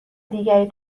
دیگری